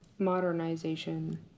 Modernization